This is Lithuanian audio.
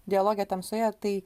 dialoge tamsoje tai